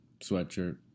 Sweatshirt